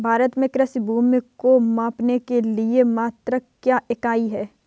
भारत में कृषि भूमि को मापने के लिए मात्रक या इकाई क्या है?